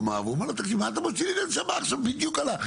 ואומר לו תקשיב מה אתה מוציא לי את הנשמה בדיוק על זה,